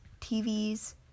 TVs